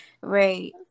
Right